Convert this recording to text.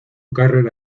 carrera